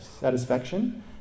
satisfaction